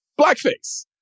Blackface